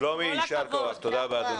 שלומי, יישר כוח, תודה רבה אדוני.